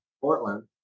Portland